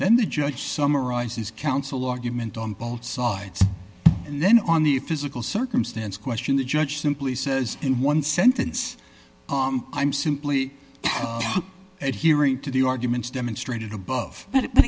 then the judge summarises counsel argument on both sides and then on the physical circumstance question the judge simply says in one sentence i'm simply at hearing to the arguments demonstrated above but then